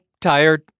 tired